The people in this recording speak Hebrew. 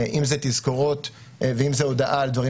אם זה תזכורות ואם זה הודעה על דברים